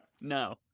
No